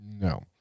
No